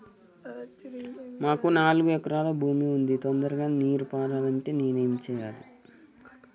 మాకు నాలుగు ఎకరాల భూమి ఉంది, తొందరగా నీరు పారాలంటే నేను ఏం చెయ్యాలే?